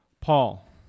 Paul